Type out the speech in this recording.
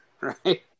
right